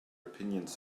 opinions